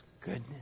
goodness